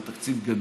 זה תקציב גדול,